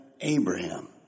Abraham